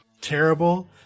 terrible